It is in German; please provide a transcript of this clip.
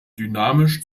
dynamisch